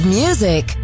music